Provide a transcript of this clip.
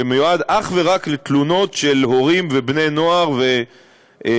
שמיועד אך ורק לתלונות של הורים ובני-נוער בנושא